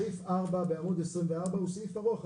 סעיף 4 בעמ' 24. הוא סעיף ארוך,